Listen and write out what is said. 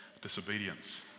disobedience